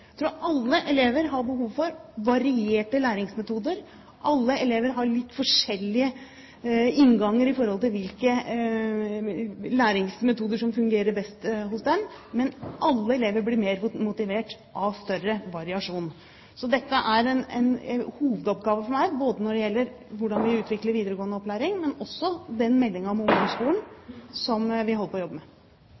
tror alle elever har behov for varierte læringsmetoder. Elever har litt forskjellig inngang når det gjelder hvilke læringsmetoder som fungerer best hos dem, men alle elever blir mer motivert av større variasjon. Så dette er en hovedoppgave for meg, både hvordan vi utvikler videregående opplæring, og også den meldingen om ungdomsskolen